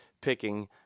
picking